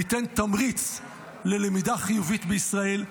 ניתן תמריץ ללמידה חיובית בישראל.